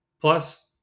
Plus